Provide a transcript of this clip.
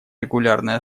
регулярной